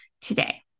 today